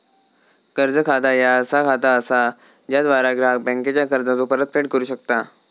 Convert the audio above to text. कर्ज खाता ह्या असा खाता असा ज्याद्वारा ग्राहक बँकेचा कर्जाचो परतफेड करू शकता